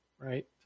right